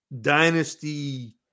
dynasty